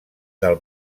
del